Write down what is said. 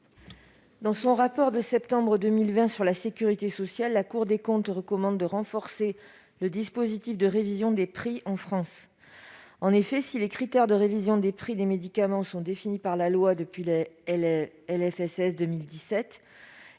Dans son rapport de septembre 2020 sur la sécurité sociale, la Cour des comptes recommande de renforcer le dispositif de révision des prix en France. En effet, si les critères de révision des prix des médicaments sont définis par la loi depuis la LFSS pour